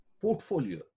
portfolio